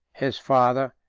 his father,